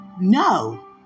No